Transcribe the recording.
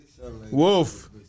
Wolf